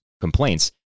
complaints